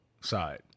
side